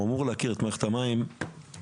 או אמור להכיר את מערכת המים שנבנתה